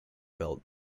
belt